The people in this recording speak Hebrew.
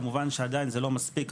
כמובן שעדיין זה לא מספיק,